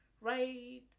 right